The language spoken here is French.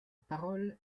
parole